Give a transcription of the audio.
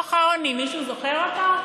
דוח העוני, מישהו זוכר אותו?